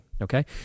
okay